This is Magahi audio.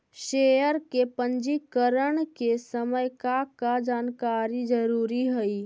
शेयर के पंजीकरण के समय का का जानकारी जरूरी हई